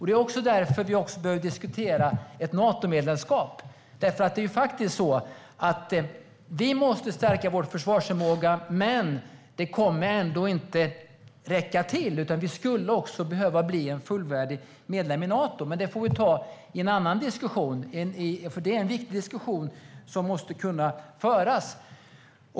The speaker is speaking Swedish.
Det är också därför vi behöver diskutera ett Natomedlemskap. Vi måste stärka vår försvarsförmåga, men det kommer inte att räcka. Vi behöver också bli fullvärdig medlem av Nato. Det får vi dock ta i en annan diskussion. Men det är en viktig diskussion som måste kunna föras.